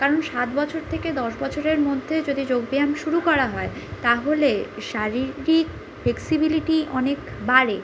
কারণ সাত বছর থেকে দশ বছরের মধ্যে যদি যোগব্যায়াম শুরু করা হয় তাহলে শারীরিক ফেক্সিবিলিটি অনেক বাড়ে